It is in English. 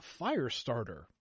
Firestarter